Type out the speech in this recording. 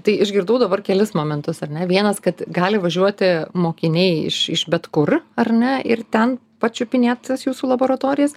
tai išgirdau dabar kelis momentus ar ne vienas kad gali važiuoti mokiniai iš iš bet kur ar ne ir ten pačiupinėt tas jūsų laboratorijas